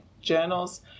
journals